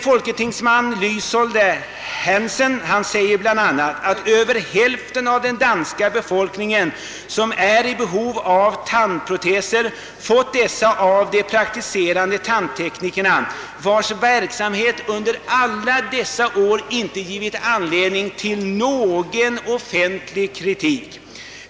Folketingsmannen Lysholt Hansen säger bl.a. att över hälften av den danska befolkningen som är i behov av tandproteser fått dessa av de praktiserande tandteknikerna, vilkas verksamhet under alla dessa år inte givit anledning till någon offentlig kritik.